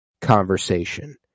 conversation